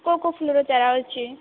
କେଉଁ କେଉଁ ଫୁଲର ଚାରା ଅଛି